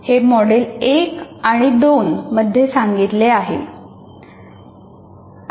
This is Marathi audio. हे मॉडेल एक आणि दोन मध्ये सांगितलेले आहे